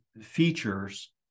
features